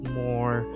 more